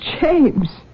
James